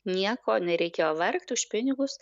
nieko nereikėjo vargt už pinigus